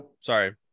sorry